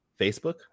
Facebook